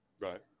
Right